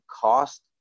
cost